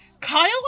kyle